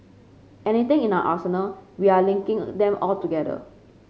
anything in our arsenal we're linking them all together